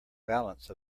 balance